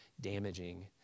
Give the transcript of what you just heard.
damaging